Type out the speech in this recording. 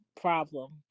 problem